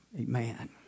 Amen